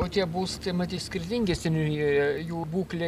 o tie būstai matyt skirtingi seniūnijoje jų būklė